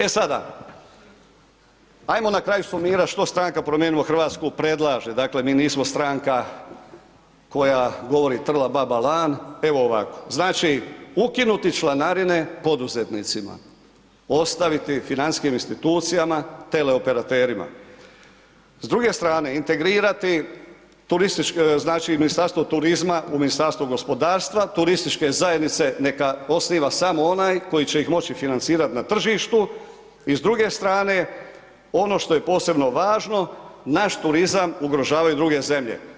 E sada, ajmo na kraju sumirat što Stranka promijenimo Hrvatsku predlaže, dakle, mi nismo stranka koja govori trla baba lan, evo ovako, znači, ukinuti članarine poduzetnicima, ostaviti financijskim institucijama, teleoperatima, s druge strane integrirati, znači, Ministarstvo turizma u Ministarstvo gospodarstva, turističke zajednice neka osniva samo onaj tko će ih moći financirat na tržištu i s druge strane ono što je posebno važno, naš turizam ugrožavaju druge zemlje.